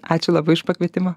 ačiū labai už pakvietimą